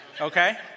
okay